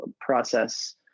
process